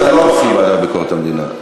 אז אתם לא רוצה לוועדה לביקורת המדינה?